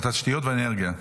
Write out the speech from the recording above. התשתיות והאנרגיה,